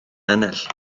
ennill